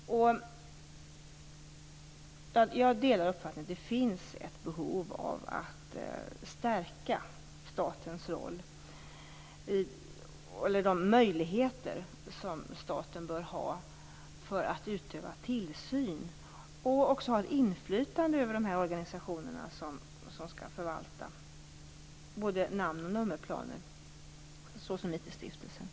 Jag delar uppfattningen att det finns ett behov av att stärka statens möjligheter att utöva tillsyn och att ha ett inflytande över de organisationer som skall förvalta både namn och nummerplaner, såsom II stiftelsen.